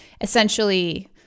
Essentially